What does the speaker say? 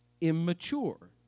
Immature